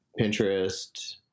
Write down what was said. Pinterest